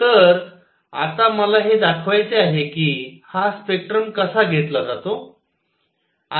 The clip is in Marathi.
तर आता मला हे दाखवायचे आहे की हा स्पेक्ट्रम कसा घेतला जातो